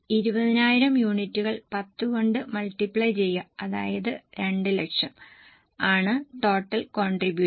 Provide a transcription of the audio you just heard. അതിനാൽ 20000 യൂണിറ്റുകൾ 10 കൊണ്ട് മൾട്ടിപ്ലൈ ചെയ്യുക അതായത് 200000 ആണ് ടോട്ടൽ കോണ്ട്രിബൂഷൻ